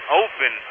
open